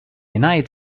united